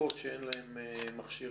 תינוקות שאין להם מכשירים,